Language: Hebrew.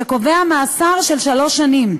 דינה מאסר של שלוש שנים.